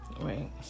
Right